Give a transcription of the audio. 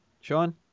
Sean